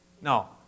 No